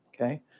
Okay